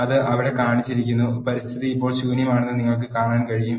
അത് അവിടെ കാണിച്ചിരിക്കുന്നു പരിസ്ഥിതി ഇപ്പോൾ ശൂന്യമാണെന്ന് നിങ്ങൾക്ക് കാണാൻ കഴിയും